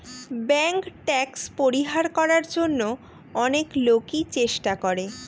bank tax পরিহার করার জন্য অনেক লোকই চেষ্টা করে